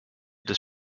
des